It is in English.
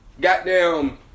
goddamn